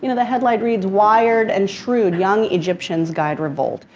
you know the headline reads, wired and shrewd, young egyptians guide revolt.